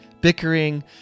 bickering